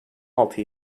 altı